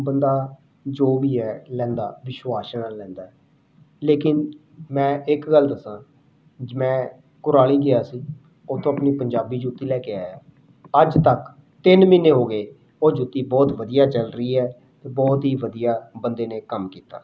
ਬੰਦਾ ਜੋ ਵੀ ਹੈ ਲੈਂਦਾ ਵਿਸ਼ਵਾਸ ਨਾਲ ਲੈਂਦਾ ਹੈ ਲੇਕਿਨ ਮੈਂ ਇੱਕ ਗੱਲ ਦੱਸਾਂ ਮੈਂ ਕੁਰਾਲੀ ਗਿਆ ਸੀ ਉੱਥੋਂ ਆਪਣੀ ਪੰਜਾਬੀ ਜੁੱਤੀ ਲੈ ਕੇ ਆਇਆ ਅੱਜ ਤੱਕ ਤਿੰਨ ਮਹੀਨੇ ਹੋ ਗਏ ਉਹ ਜੁੱਤੀ ਬਹੁਤ ਵਧੀਆ ਚੱਲ ਰਹੀ ਹੈ ਅਤੇ ਬਹੁਤ ਹੀ ਵਧੀਆ ਬੰਦੇ ਨੇ ਕੰਮ ਕੀਤਾ